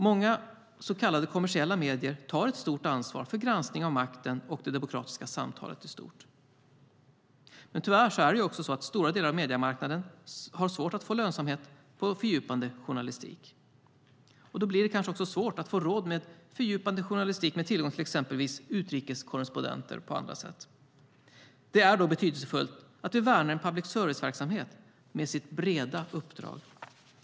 Många så kallade kommersiella medier tar ett stort ansvar för granskning av makten och det demokratiska samtalet i stort. Tyvärr har stora delar av mediemarknaden svårt att få lönsamhet på fördjupande journalistik. Då blir det kanske också svårt att få råd med fördjupande journalistik med tillgång till exempelvis utrikeskorrespondenter. Då är det betydelsefullt att värna public service-verksamheten med sitt breda uppdrag.